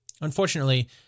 Unfortunately